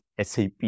SAP